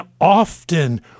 often